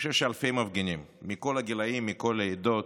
אני חושב, אלפי מפגינים מכל הגילים, מכל העדות,